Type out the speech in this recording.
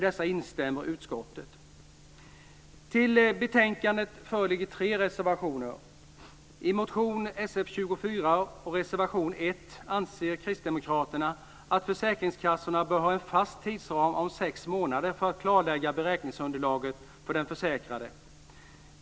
Detta instämmer utskottet i. Till betänkandet föreligger tre reservationer. I motion Sf24 och reservation 1 anser kristdemokraterna att försäkringskassorna bör ha en fast tidsram på sex månader för att klarlägga beräkningsunderlaget för den försäkrade.